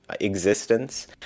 existence